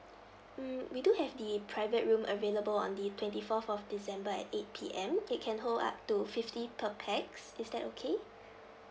mm we do have the private room available on the twenty fourth of december at eight P_M it can hold up to fifty per pax is that okay